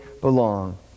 belong